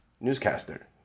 newscaster